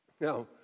Now